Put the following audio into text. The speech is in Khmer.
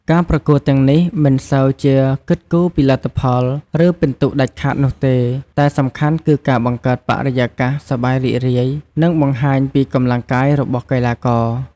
ការប្រកួតទាំងនេះមិនសូវជាគិតគូរពីលទ្ធផល ឬពិន្ទុដាច់ខាតនោះទេ តែសំខាន់គឺការបង្កើតបរិយាកាសសប្បាយរីករាយ និងការបង្ហាញពីកម្លាំងកាយរបស់កីឡាករ។